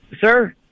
sir